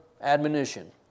admonition